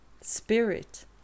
Spirit